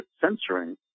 censoring